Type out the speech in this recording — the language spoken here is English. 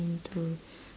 mean to